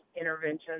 interventions